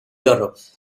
europe